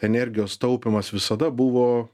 energijos taupymas visada buvo